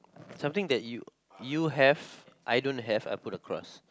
something that you you have I don't have I put a cross